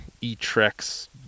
e-trex